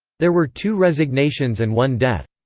there were two resignations and one death.